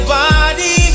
body